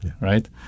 right